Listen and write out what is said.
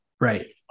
Right